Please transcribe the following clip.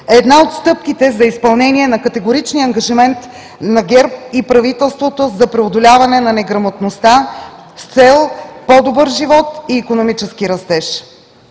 една от стъпките за изпълнение на категоричния ангажимент на ГЕРБ и правителството за преодоляване на неграмотността с цел по-добър живот и икономически растеж.